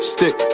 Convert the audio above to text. Stick